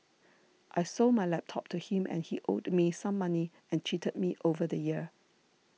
I sold my laptop to him and he owed me some money and cheated me over the year